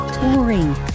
boring